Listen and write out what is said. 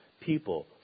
people